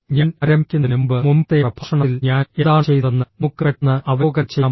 ഞാൻ ആരംഭിക്കുന്നതിന് മുമ്പ് മുമ്പത്തെ പ്രഭാഷണത്തിൽ ഞാൻ എന്താണ് ചെയ്തതെന്ന് നമുക്ക് പെട്ടെന്ന് അവലോകനം ചെയ്യാം